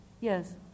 yes